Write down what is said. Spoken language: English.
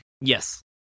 Yes